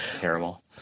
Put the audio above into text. Terrible